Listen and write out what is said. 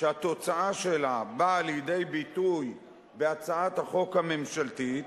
שהתוצאה שלה באה לידי ביטוי בהצעת החוק הממשלתית,